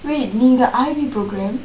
wait நீங்க:neengka I_B programme